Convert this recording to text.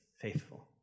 faithful